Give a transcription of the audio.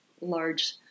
large